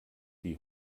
die